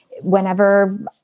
Whenever